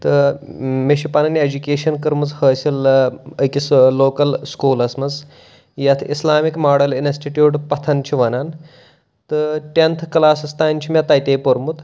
ٲں مےٚ چھِ پَنٕنۍ ایٚجوکیشَن کٔرمٕژ حٲصِل ٲں أکِس لوٗکَل سکوٗلَس منٛز یَتھ اِسلامِک ماڈَل اِنَسٹِٹیوٗٹ پَتھَن چھِ وَنان تہٕ ٹٮ۪نتھہٕ کلاسَس تانۍ چھُ مےٚ تَتے پوٚرمُت